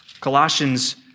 Colossians